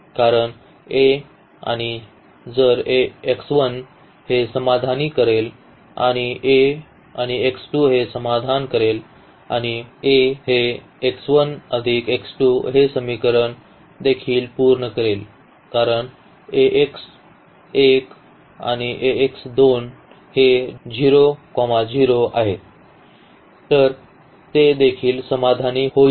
कारण A आणि जर x 1 हे समाधानी करेल आणि A आणि x 2 हे समाधान करेल आणि नंतर A आणि हे x 1 अधिक x 2 हे समीकरण देखील पूर्ण करेल कारण Ax 1 आणि Ax 2 हे 0 0 आहेत तर ते देखील समाधानी होईल